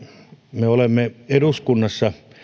me olemme eduskunnassa